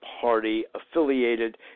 party-affiliated